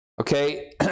Okay